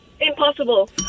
Impossible